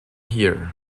here